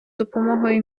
допомогою